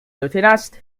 lutenist